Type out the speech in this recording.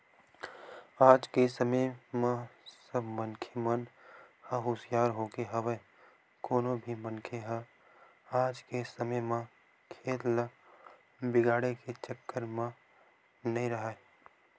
आज के समे म सब मनखे मन ह हुसियार होगे हवय कोनो भी मनखे ह आज के समे म खेत ल बिगाड़े के चक्कर म नइ राहय